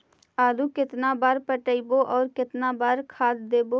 आलू केतना बार पटइबै और केतना बार खाद देबै?